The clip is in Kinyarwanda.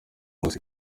muzika